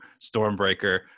Stormbreaker